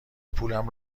پولم